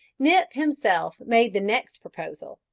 nip himself made the next proposal,